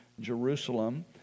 Jerusalem